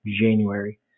January